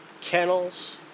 kennels